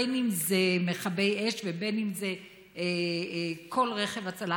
בין שזה מכבי אש ובין שזה כל רכב הצלה,